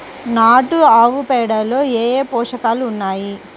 నాటు ఆవుపేడలో ఏ ఏ పోషకాలు ఉన్నాయి?